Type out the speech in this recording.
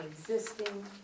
existing